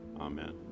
Amen